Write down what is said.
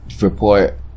Report